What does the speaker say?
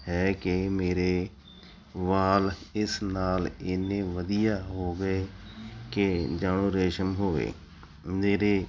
ਹੈ ਕਿ ਮੇਰੇ ਵਾਲ ਇਸ ਨਾਲ ਇੰਨੇ ਵਧੀਆ ਹੋ ਗਏ ਕਿ ਜਮਾ ਰੇਸ਼ਮ ਹੋ ਗਏ ਮੇਰੇ